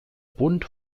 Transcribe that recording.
bund